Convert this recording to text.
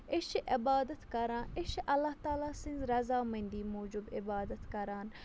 أسۍ چھِ عبادت کَران أسۍ چھِ اللہ تعالیٰ سٕنٛز رَضامٔنٛدی موٗجوٗب عِبادت کَران